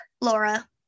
Laura